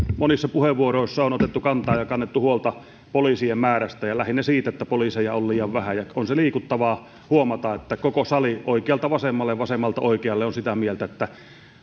monissa puheenvuoroissa on kannettu huolta poliisien määrästä ja lähinnä siitä että poliiseja on liian vähän on se liikuttavaa huomata että koko sali oikealta vasemmalle ja vasemmalta oikealle on sitä mieltä että